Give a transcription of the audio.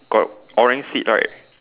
got orange seat right